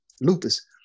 Lupus